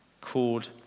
called